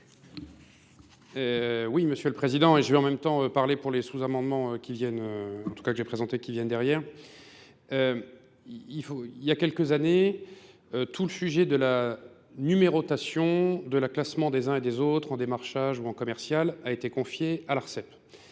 Oui, Monsieur le Président, et je vais en même temps parler pour les sous-amendements qui viennent, en tout cas que j'ai présenté, qui viennent derrière. Il y a quelques années, tout le sujet de la numérotation, de la classement des uns et des autres en démarchage ou en commercial a été confié à l'ARCEP.